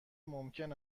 ممکن